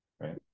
right